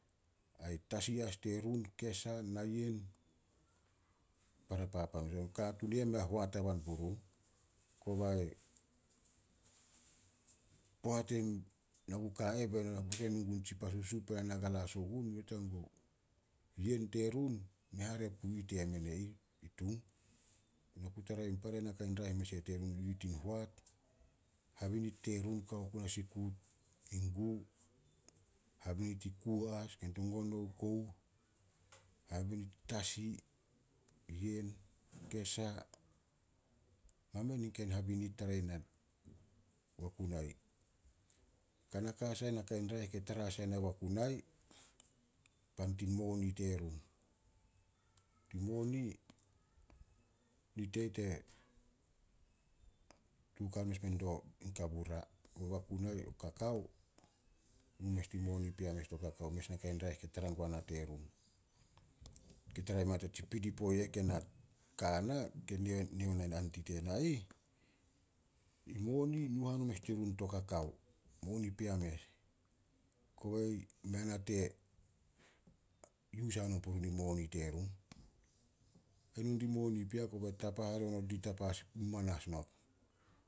Ai tasi as terun. Kesa, nayen para papan on. Katuun i eh mei a hoat aban purun. Kobai, poat ena ku ka a eh be na nu gun tsi pa susup be na na galas ogun, yen terun mei hare pu ih temen e ih, i Tung. Na ku tara para nakai raeh yu eh terun. Tin hoat, habinit terun kao ku ria sikut, in gu, habinit i kuo as, nangonou, kouh, habinit tasi, yen, kesa, mamein in kain habinit tara na, Wakunai. Kanaka sai naka in raeh kei tara as yana Wakunai, pan tin moni terun. Tin moni, nit e ih te, hatuokan mes menit in kabura. Kobe Wakunai, o kakao, nu mes din moni pea mes to kakao. Mes nakai raeh ke tara guana terun. Tsi pinipo eh kei na ka ana, ke nee ona anti tena ih, in moni nu hanon mes dirun to kakao, moni pea mes. Kobe mei nate, yus hanon purun in moni terun. E nu di moni pea kobe tapa hare onot di tapa sin purun manas not.